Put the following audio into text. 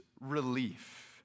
relief